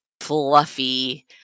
fluffy